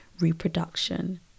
reproduction